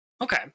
Okay